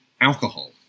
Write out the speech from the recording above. alcohol